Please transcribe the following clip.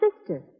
sister